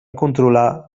controlar